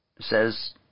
says